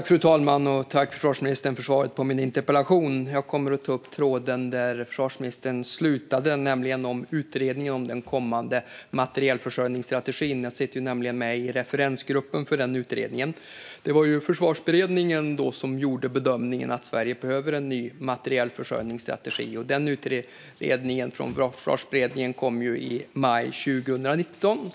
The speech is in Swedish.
Fru talman! Tack, försvarsministern, för svaret på min interpellation! Jag kommer att ta upp tråden där försvarsministern slutade, nämligen utredningen om den kommande materielförsörjningsstrategin. Jag sitter nämligen med i referensgruppen för denna utredning. Det var Försvarsberedningen som gjorde bedömningen att Sverige behöver en ny materielförsörjningsstrategi. Utredningen från Försvarsberedningen kom i maj 2019.